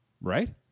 right